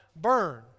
burn